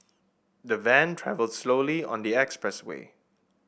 the van travelled slowly on the expressway